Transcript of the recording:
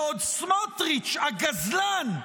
ועוד סמוטריץ' הגזלן,